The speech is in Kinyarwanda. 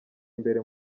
imbere